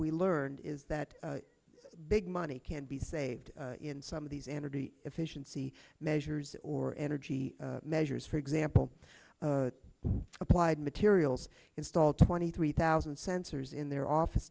we learned is that big money can be saved in some of these energy efficiency measures or energy measures for example applied materials installed twenty three thousand sensors in their office